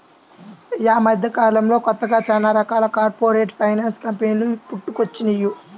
యీ మద్దెకాలంలో కొత్తగా చానా రకాల కార్పొరేట్ ఫైనాన్స్ కంపెనీలు పుట్టుకొచ్చినియ్యి